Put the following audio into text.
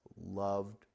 loved